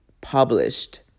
published